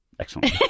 Excellent